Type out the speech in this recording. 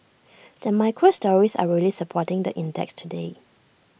the micro stories are really supporting the index today